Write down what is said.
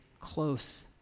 close